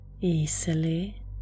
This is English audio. easily